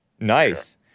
Nice